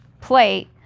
plate